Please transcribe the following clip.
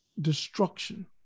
destruction